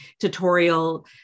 tutorial